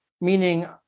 meaning